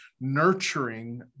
nurturing